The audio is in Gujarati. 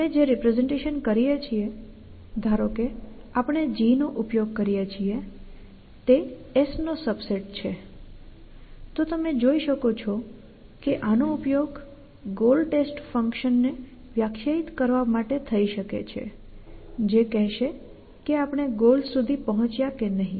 આપણે જે રિપ્રેસેંટેશન કરીએ છીએ ધારો કે આપણે g નો ઉપયોગ કરીએ છીએ તે S નો સબસેટ છે તો તમે જોઈ શકો છો કે આનો ઉપયોગ ગોલ ટેસ્ટ ફંકશન ને વ્યાખ્યાયિત કરવા માટે થઈ શકે છે જે કહેશે કે આપણે ગોલ સુધી પહોંચ્યા કે નહીં